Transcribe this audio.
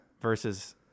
versus